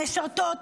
המשרתות,